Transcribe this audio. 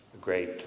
great